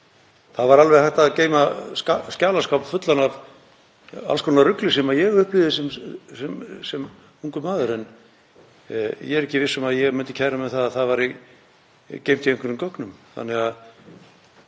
Það væri alveg hægt að geyma skjalaskáp fullan af alls konar rugli sem ég upplifði sem ungur maður. En ég er ekki viss um að ég myndi kæra mig um að það væri geymt í einhverjum gögnum